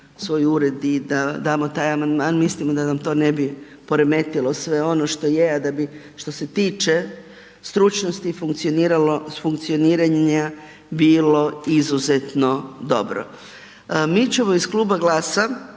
svoj ured i da damo taj amandman, mislimo da nam to ne bi poremetilo sve ono što je, a da bi što se tiče stručnosti, funkcioniralo, s funkcioniranja bilo izuzetno dobro. Mi ćemo iz Kluba GLAS-a